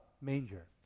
manger